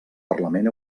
parlament